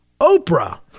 Oprah